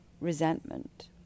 resentment